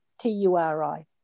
T-U-R-I